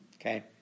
Okay